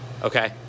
Okay